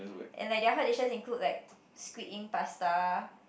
and like their hot dishes include like squid ink pasta